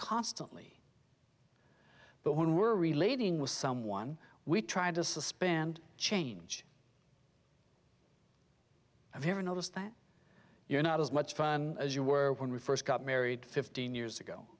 constantly but when we're relating with someone we try to suspend change i've ever noticed that you're not as much fun as you were when we first got married fifteen years ago